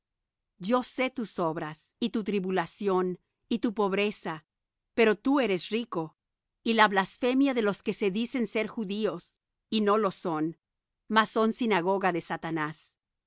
yo sé tus obras y tu tribulacion y tu pobreza pero tú eres rico y la blasfemia de los que se dicen ser judíos y no lo son mas son sinagoga de satanás